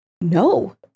No